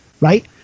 right